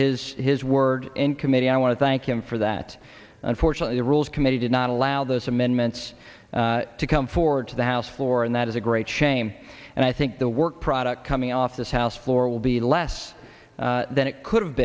honored is his word in committee i want to thank him for that unfortunately the rules committee did not allow those amendments to come forward to the house floor and that is a great shame and i think the work product coming off this house floor will be less than it could have